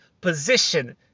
position